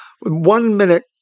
one-minute